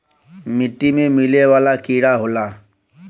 मिट्टी में मिले वाला कीड़ा होला